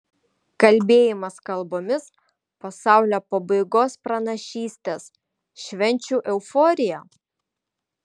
kalbėjimas kalbomis pasaulio pabaigos pranašystės švenčių euforija